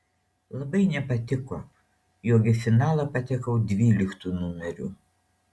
labai nepatiko jog į finalą patekau dvyliktu numeriu